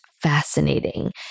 fascinating